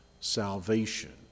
salvation